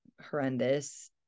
horrendous